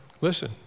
listen